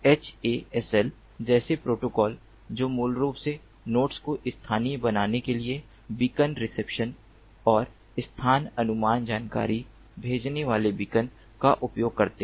HASL जैसे protocol जो मूल रूप से नोड्स को स्थानीय बनाने के लिए बीकन रिसेप्शन और स्थान अनुमान जानकारी भेजने वाले बीकन का उपयोग करते हैं